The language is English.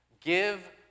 Give